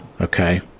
Okay